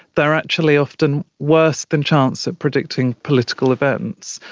they are actually often worse than chance at predicting political events,